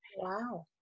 wow